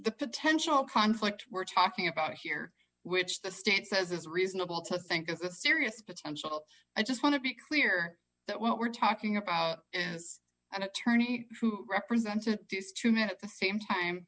potential conflict we're talking about here which the state says it's reasonable to think it's serious potential i just want to be clear that what we're talking about is an attorney who represented these two men at the same time